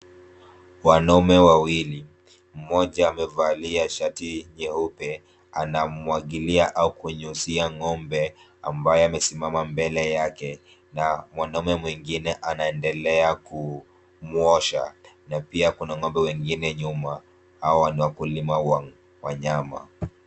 Wanaume wawili. Mmoja amevalia shati nyeupe. Anamwagilia au kunyunyizia ng'ombe ambaye amesimama mbele yake na mwanaume mwingine anaendelea kumuosha na pia kuna ng'ombe wengine nyuma. Hawa ni wakulima wa wanyama.